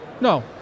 no